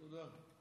תודה,